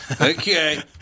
Okay